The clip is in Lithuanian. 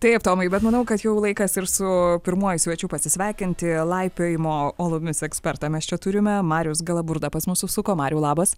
taip tomai bet manau kad jau laikas ir su pirmuoju svečiu pasisveikinti laipiojimo uolomis ekspertą mes čia turime marius galaburda pas mus užsuko mariau labas